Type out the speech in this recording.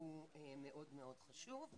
הוא מאוד מאוד חשוב.